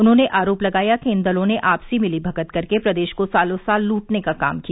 उन्होंने आरोप लगाया कि इन दलों ने आपसी मिलीमगत करके प्रदेश को सालों साल लूटने का कार्य किया